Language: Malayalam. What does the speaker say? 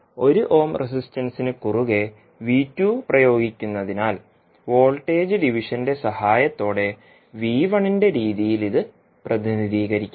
1 ഓം റെസിസ്റ്റൻസിന് കുറുകെ പ്രയോഗിക്കുന്നതിനാൽ വോൾട്ടേജ് ഡിവിഷന്റെ സഹായത്തോടെ ന്റെ രീതിയിൽ ഇത് പ്രതിനിധീകരിക്കാം